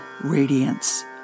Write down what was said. radiance